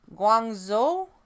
Guangzhou